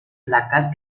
placas